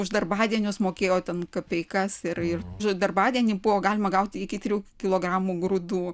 už darbadienius mokėjo ten kapeikas ir ir už darbadienį buvo galima gauti iki trijų kilogramų grūdų